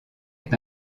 est